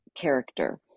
character